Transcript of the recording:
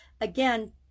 again